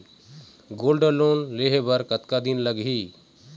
Gold loan लेहे बर कतका दिन लगही?